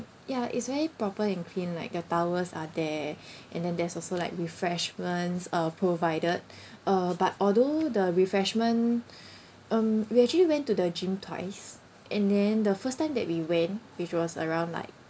ya it's very proper and clean like the towels are there and then there's also like refreshments uh provided uh but although the refreshment um we actually went to the gym twice and then the first time that we went which was around like